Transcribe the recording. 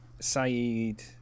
Saeed